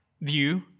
view